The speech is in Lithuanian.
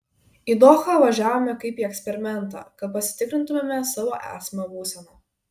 į dohą važiavome kaip į eksperimentą kad pasitikrintumėme savo esamą būseną